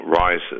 rises